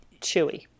Chewy